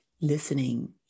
listening